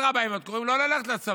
אדרבה, הם עוד קוראים לא ללכת לצבא.